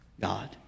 God